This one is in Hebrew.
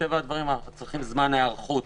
מטבע הדברים צריכים זמן היערכות,